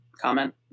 comment